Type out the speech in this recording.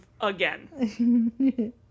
again